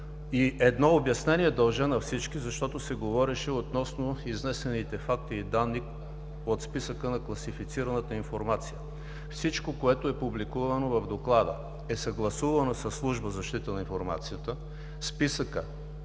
Едно обяснение дължа на всички, защото се говореше относно изнесените факти и данни от списъка на класифицираната информация. Всичко, което е публикувано в Доклада, е съгласувано със служба „Защита на информацията“ – списъкът,